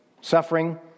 Suffering